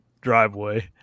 driveway